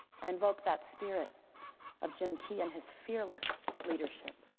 invoke that spirit of jim key and his fearless leadership.